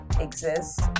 exist